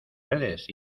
redes